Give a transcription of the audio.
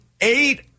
eight